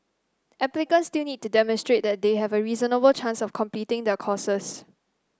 applicants still need to demonstrate that they have a reasonable chance of completing their courses